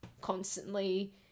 constantly